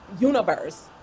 universe